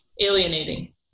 alienating